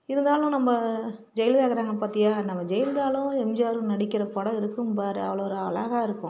இருந்தாலும் நம்ம ஜெயலலிதா இருக்கிறாங்க பார்த்தியா நம்ம ஜெயலலிதாலும் எம்ஜிஆரும் நடக்கின்ற படம் இருக்கும் பாரு அவ்வளோ ஒரு அழகாக இருக்கும்